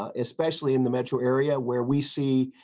ah especially in the metro area where we see.